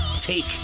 take